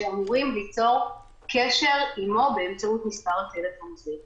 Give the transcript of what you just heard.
שאמורים ליצור קשר עימו באמצעות מס' הטלפון הזה.